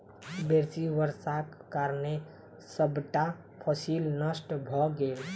बेसी वर्षाक कारणें सबटा फसिल नष्ट भ गेल